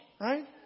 right